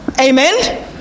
Amen